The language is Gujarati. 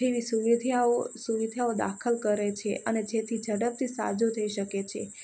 જેવી સુવિધાઓ સુવિધાઓ દાખલ કરે છે અને જેથી ઝડપથી સાજું થઈ શકે છે